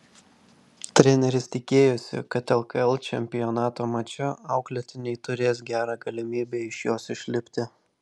treneris tikėjosi kad lkl čempionato mače auklėtiniai turės gerą galimybę iš jos išlipti